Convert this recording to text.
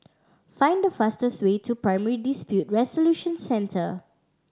find the fastest way to Primary Dispute Resolution Centre